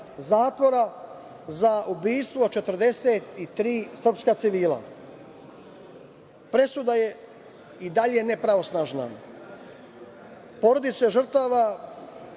zatvora za ubistvo 43 srpska civila. Presuda je i dalje nepravosnažna. Porodice žrtava